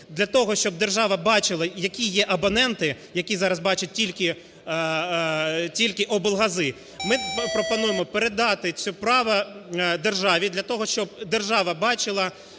для того, щоб держава бачила, які є абоненти, які зараз бачать тільки облгази. Ми пропонуємо передати це право державі для того, щоб держава бачила